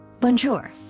Bonjour